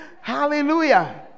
Hallelujah